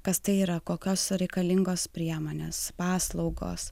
kas tai yra kokios reikalingos priemonės paslaugos